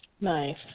Nice